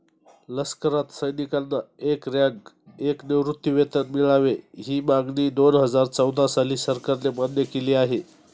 लष्करात सैनिकांना एक रँक, एक निवृत्तीवेतन मिळावे, ही मागणी दोनहजार चौदा साली सरकारने मान्य केली आहे